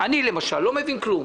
אני, למשל, לא מבין כלום.